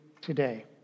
today